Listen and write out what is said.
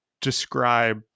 describe